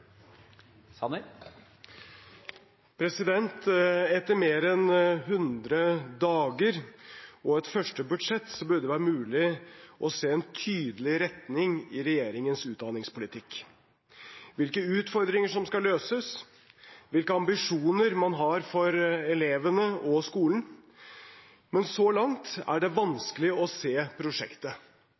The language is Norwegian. Etter mer enn 100 dager og et første budsjett burde det være mulig å se en tydelig retning i regjeringens utdanningspolitikk – hvilke utfordringer som skal løses, hvilke ambisjoner man har for elevene og skolen – men så langt er det vanskelig å se prosjektet.